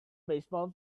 baseball